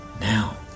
now